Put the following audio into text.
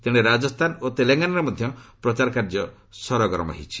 ତେଣେ ରାଜସ୍ଥାନ ଓ ତେଲଙ୍ଗାନାରେ ମଧ୍ୟ ପ୍ରଚାର କାର୍ଯ୍ୟ ସରଗରମ ହୋଇଛି